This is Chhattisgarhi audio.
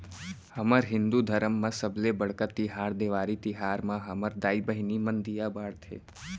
हमर हिंदू धरम म सबले बड़का तिहार देवारी तिहार म हमर दाई बहिनी मन दीया बारथे